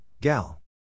Gal